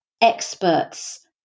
experts